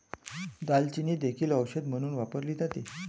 दालचिनी देखील औषध म्हणून वापरली जाते